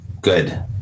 Good